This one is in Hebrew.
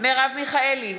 מרב מיכאלי,